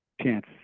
chance